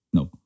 No